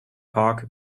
park